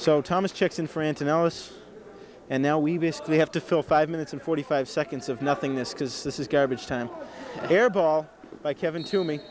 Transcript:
so thomas checks in france analysis and now we basically have to fill five minutes and forty five seconds of nothingness because this is garbage time airball by kevin to me